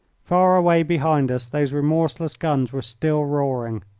far away behind us those remorseless guns were still roaring.